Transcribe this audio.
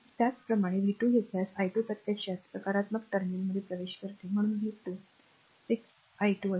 त्याचप्रमाणे v 2 घेतल्यास i2 प्रत्यक्षात सकारात्मक टर्मिनलमध्ये प्रवेश करते म्हणून v 2 6 i2 असेल